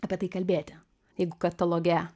apie tai kalbėti jeigu kataloge